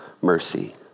mercy